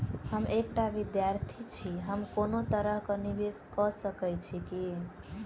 हम एकटा विधार्थी छी, हम कोनो तरह कऽ निवेश कऽ सकय छी की?